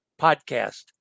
Podcast